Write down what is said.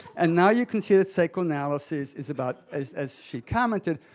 and now you can see that psychoanalysis is about as as she commented,